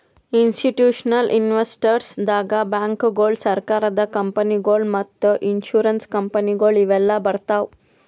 institutional investors ದಾಗ್ ಬ್ಯಾಂಕ್ಗೋಳು, ಸರಕಾರದ ಕಂಪನಿಗೊಳು ಮತ್ತ್ ಇನ್ಸೂರೆನ್ಸ್ ಕಂಪನಿಗೊಳು ಇವೆಲ್ಲಾ ಬರ್ತವ್